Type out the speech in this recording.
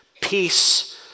peace